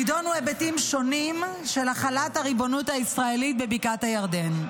נדונו היבטים שונים של החלת הריבונות הישראלית בבקעת הירדן.